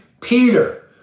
Peter